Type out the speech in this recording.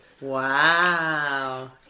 Wow